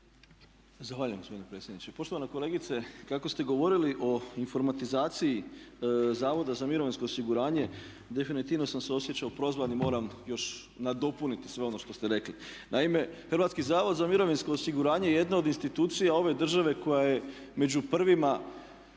Zahvaljujem gospodine predsjedniče. Poštovana kolegice, kako ste govorili o informatizaciji Zavoda za mirovinsko osiguranje definitivno sam se osjećao prozvanim, moram još nadopuniti sve ono što ste rekli. Naime, HZMO jedna je od institucija ove države koja je među prvima